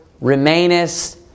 remainest